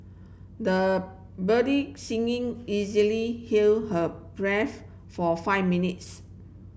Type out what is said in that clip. the budding singing easily held her breath for five minutes